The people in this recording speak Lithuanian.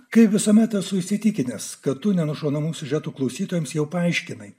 kaip visuomet esu įsitikinęs kad tų nenužudomų siužetų klausytojams jau paaiškinai